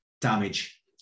damage